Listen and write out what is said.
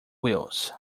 wheels